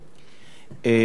אדוני היושב-ראש,